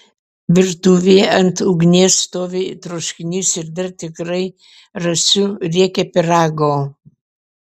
virtuvėje ant ugnies stovi troškinys ir dar tikrai rasiu riekę pyrago